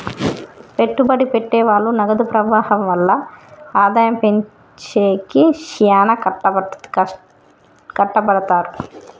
పెట్టుబడి పెట్టె వాళ్ళు నగదు ప్రవాహం వల్ల ఆదాయం పెంచేకి శ్యానా కట్టపడతారు